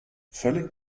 völlig